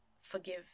forgive